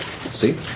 See